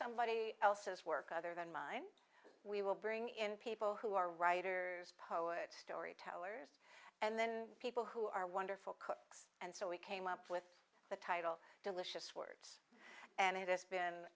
somebody else's work other than mine we will bring in people who are writers poets storytellers and then people who are wonderful cooks and so we came up with the title delicious words and it has been